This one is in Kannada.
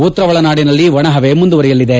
ಉತ್ತರ ಒಳನಾಡಿನಲ್ಲಿ ಒಣಹವೆ ಮುಂದುವರೆಯಲಿದೆ